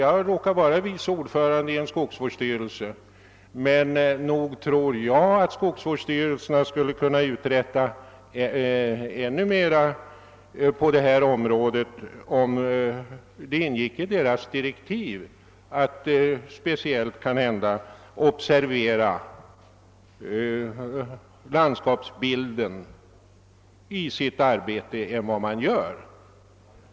Jag råkar vara vice ordförande i en skogsvårdsstyrelse, och jag tror att de skulle kunna uträtta ännu mera på detta område om det ingick i deras direktiv att speciellt observera frågor, som har med förändringar i landskapsbilden att göra.